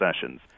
sessions